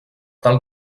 tal